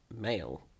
male